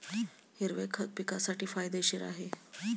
हिरवे खत पिकासाठी फायदेशीर आहे